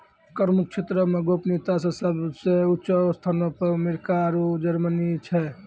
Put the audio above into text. कर मुक्त क्षेत्रो मे गोपनीयता मे सभ से ऊंचो स्थानो पे अमेरिका आरु जर्मनी छै